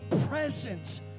presence